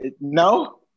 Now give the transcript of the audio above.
no